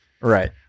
Right